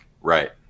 Right